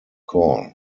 call